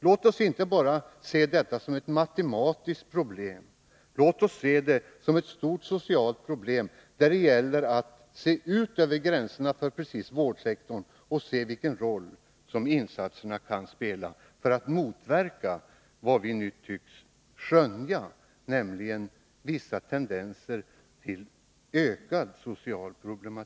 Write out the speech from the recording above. Låt oss inte bara se detta som ett matematiskt problem, låt oss se det som ett stort socialt problem där det gäller att se utöver gränserna för bara vårdsektorn och se vilken roll olika insatser kan spela för att motverka vad vi nu tycks skönja, nämligen vissa tendenser till ökade sociala problem.